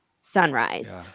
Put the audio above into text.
sunrise